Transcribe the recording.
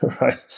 right